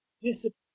Discipline